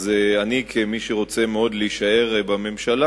אז אני כמי שרוצה מאוד להישאר בממשלה,